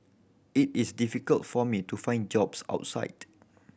it is difficult for me to find jobs outside